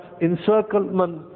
encirclement